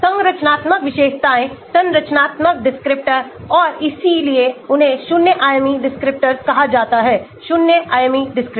संरचनात्मक विशेषताएं संरचनात्मक descriptor और इसलिए उन्हें शून्य आयामी descriptors कहा जाता है शून्य आयामी descriptors